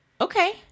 Okay